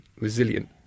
resilient